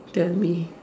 tell me